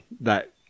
that-